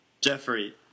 Jeffrey